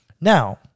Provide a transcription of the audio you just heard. Now